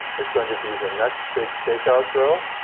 is going to be the next big shakeout drill.